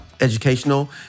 educational